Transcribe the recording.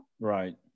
Right